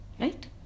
right